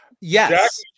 Yes